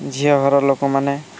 ଝିଅ ଘର ଲୋକମାନେ